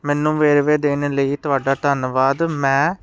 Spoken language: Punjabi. ਮੈਨੂੰ ਵੇਰਵੇ ਦੇਣ ਲਈ ਤੁਹਾਡਾ ਧੰਨਵਾਦ ਮੈਂ